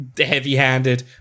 heavy-handed